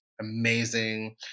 amazing